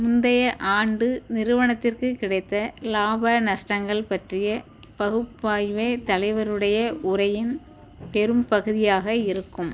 முந்தைய ஆண்டு நிறுவனத்திற்கு கிடைத்த லாப நஷ்டங்கள் பற்றிய பகுப்பாய்வே தலைவருடைய உரையின் பெரும்பகுதியாக இருக்கும்